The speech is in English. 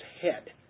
head